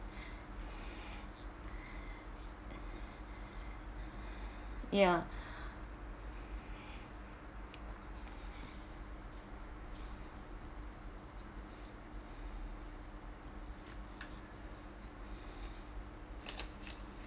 ya